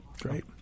Great